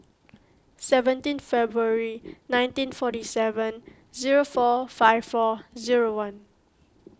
seventeen February nineteen forty seven zero four five four zero one